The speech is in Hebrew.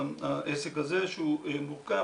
העסק הזה שהוא מורכב,